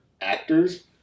actors